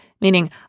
meaning